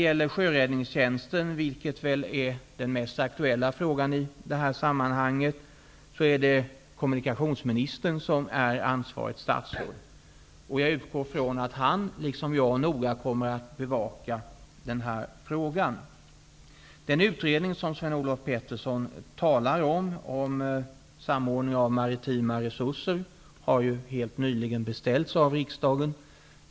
För Sjöräddningstjänsten, som i det här sammanhanget kanske är mest aktuell, är kommunikationsministern ansvarigt statsråd. Jag utgår från att han, liksom jag, noga kommer att bevaka den här frågan. Olof Petersson talar om, har helt nyligen beställts av riksdagen.